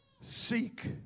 Seek